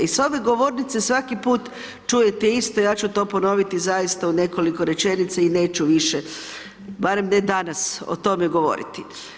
I sa ove govornice svaki put čujete isto, ja ću to ponoviti zaista u nekoliko rečenica i neću više, barem ne danas o tome govoriti.